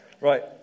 Right